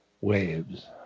waves